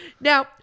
Now